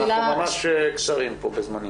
אנחנו ממש קצרים פה בזמנים.